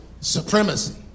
supremacy